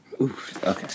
Okay